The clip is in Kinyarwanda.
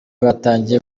batangiye